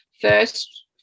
first